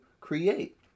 create